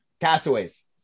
Castaways